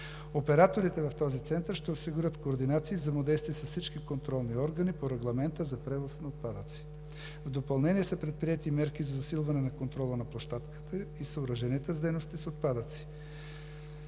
Операторите в този център ще осигурят координация и взаимодействие с всички контролни органи по Регламента за превоз на отпадъци. В допълнение са предприети мерки за засилване на контрола на площадките и съоръженията с дейности с отпадъци.